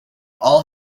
all